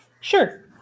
sure